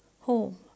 home